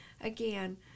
again